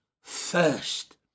first